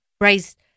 raised